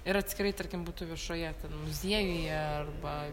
ir atskirai tarkim būtų viešoje muziejuje arba